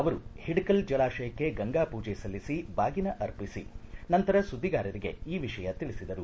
ಅವರು ಹಿಡಕಲ್ ಜಲಾಶಯಕ್ಕೆ ಗಂಗಾ ಪೂಜೆ ಸಲ್ಲಿಸಿ ಬಾಗಿನ ಅರ್ಪಿಸಿ ನಂತರ ಸುದ್ದಿಗಾರರಿಗೆ ಈ ವಿಷಯ ತಿಳಿಸಿದರು